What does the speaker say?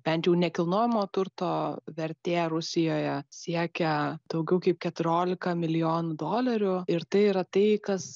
bent jau nekilnojamo turto vertė rusijoje siekia daugiau kaip keturiolika milijonų dolerių ir tai yra tai kas